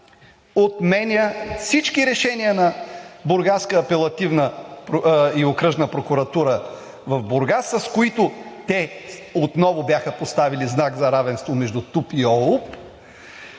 отменя всички решения на апелативна и окръжна прокуратура в Бургас, с които те отново бяха поставили знак за равенство между ТУП и ОУП,